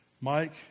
Mike